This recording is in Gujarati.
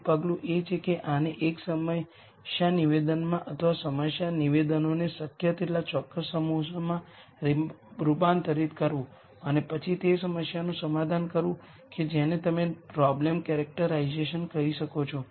એક પગલું એ છે કે આને એક સમસ્યા નિવેદનમાં અથવા સમસ્યા નિવેદનોને શક્ય તેટલા ચોક્કસ સમૂહમાં રૂપાંતરિત કરવું અને પછી તે સમસ્યાનું સમાધાન કરવું કે જેને તમે પ્રોબ્લેમ કેરેક્ટરાઈઝેશન કહી શકો છો